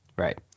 Right